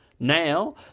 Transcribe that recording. Now